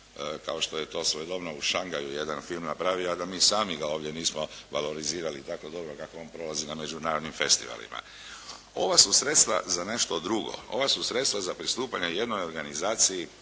kao što je to svojedobno u Shangaju jedan film napravio a da mi sami ga ovdje nismo valorizirali tako dobro kako on prolazi na međunarodnim festivalima. Ova su sredstva za nešto drugo. Ova su sredstva za pristupanje jednoj organizaciji